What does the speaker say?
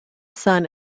son